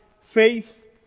faith